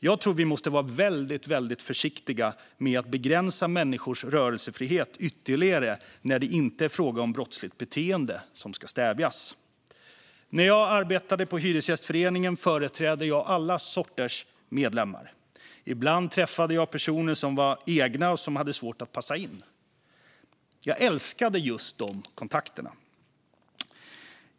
Jag tror att vi måste vara väldigt försiktiga med att begränsa människors rörelsefrihet ytterligare när det inte är fråga om brottsligt beteende som ska stävjas. När jag arbetade på Hyresgästföreningen företrädde jag alla sorters medlemmar. Ibland träffade jag personer som var "egna" och hade svårt att passa in. Jag älskade just de kontakterna.